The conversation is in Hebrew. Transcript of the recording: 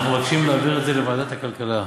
אנחנו מבקשים להעביר את זה לוועדת הכלכלה,